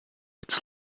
its